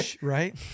right